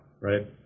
right